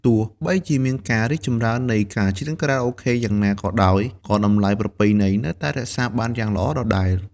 ទោះបីជាមានការរីកចម្រើននៃការច្រៀងខារ៉ាអូខេយ៉ាងណាក៏ដោយ ក៏តម្លៃប្រពៃណីនៅតែរក្សាបានយ៉ាងល្អដដែល។